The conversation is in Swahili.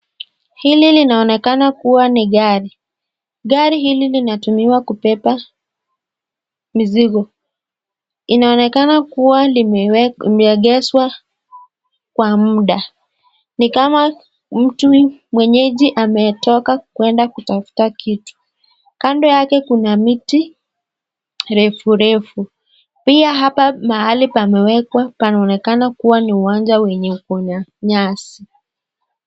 Hili linaonekana kuwa ni gari. Gari hili linatumiwa kubeba mizigo. Inaonekana kuwa limeegezwa kwa muda. Ni kama mtu mwenyeji ametoka kuenda kutafuta kitu. Kando yake kuna miti refurefu. Pia hapa mahali pamewekwa panaonekana kuwa ni uwanja wenye uko na nyasi.